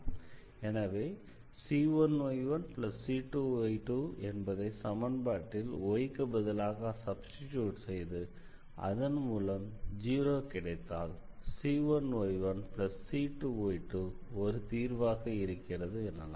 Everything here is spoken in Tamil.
எனவே c1y1c2y2 என்பதை சமன்பாட்டில் y க்கு பதிலாக சப்ஸ்டிட்யூட் செய்து அதன்மூலம் 0 கிடைத்தால் c1y1c2y2 ஒரு தீர்வாக இருக்கிறது எனலாம்